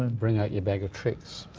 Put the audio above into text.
and bring out your bag of tricks.